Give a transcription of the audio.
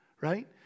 Right